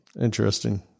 Interesting